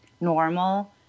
normal